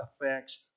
affects